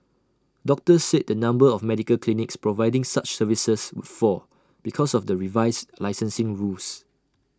doctors said the number of medical clinics providing such services would fall because of the revised licensing rules